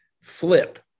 flip